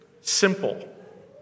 simple